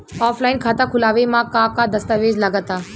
Offline खाता खुलावे म का का दस्तावेज लगा ता?